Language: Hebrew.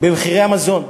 במחירי המזון.